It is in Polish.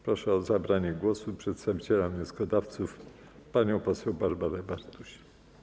Proszę o zabranie głosu przedstawiciela wnioskodawców panią poseł Barbarę Bartuś.